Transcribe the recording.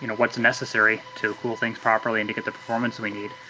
you know what's necessary to cool things properly and to get the performance we need.